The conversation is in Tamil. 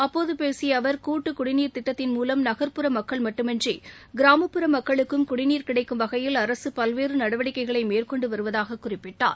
அப்போது பேசிய அவர் கூட்டு குடிநீர் திட்டத்தின் மூலம் நகள்புற மக்கள் மட்டுமன்றி கிராமப்புற மக்களுக்கும் குடிநீர் கிடைக்கும் வகையில் அரசு பல்வேறு நடவடிக்கைகளை மேற்கொண்டு வருவதாகக் குறிப்பிட்டார்